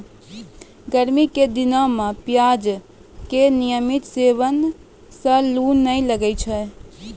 गर्मी के दिनों मॅ प्याज के नियमित सेवन सॅ लू नाय लागै छै